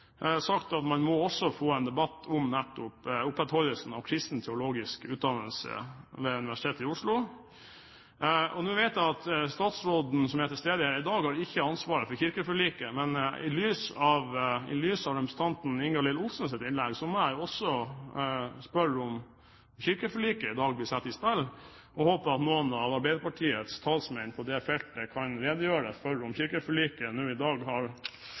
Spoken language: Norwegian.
sagt at man også må få en debatt om nettopp opprettholdelsen av kristen teologisk utdannelse ved Universitetet i Oslo. Nå vet jeg at statsråden som er til stede her i dag, ikke har ansvaret for kirkeforliket, men i lys av representanten Ingalill Olsens innlegg må jeg også spørre om kirkeforliket i dag blir satt i spill. Jeg håper at noen av Arbeiderpartiets talsmenn på det feltet kan redegjøre for om kirkeforliket nå i dag har blitt satt i spill, eller om det